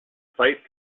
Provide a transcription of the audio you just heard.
fight